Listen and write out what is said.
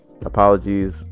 apologies